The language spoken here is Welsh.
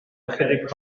ychydig